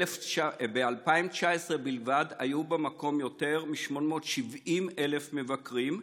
ב-2019 בלבד היו במקום יותר מ-870,000 מבקרים,